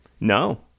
No